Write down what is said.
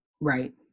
Right